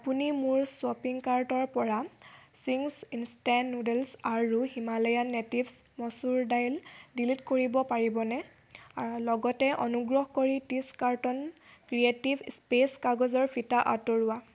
আপুনি মোৰ শ্বপিং কাৰ্টৰ পৰা চিংছ ইনষ্টেণ্ট নুডলছ আৰু Himalayan natives masoor dal delete কৰিব পাৰিবনে লগতে অনুগ্ৰহ কৰি ত্ৰিছ কাৰ্টন ক্ৰিয়েটিভ স্পেচ কাগজৰ ফিটা আঁতৰোৱা